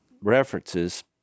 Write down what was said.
references